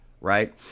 right